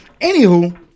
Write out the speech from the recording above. anywho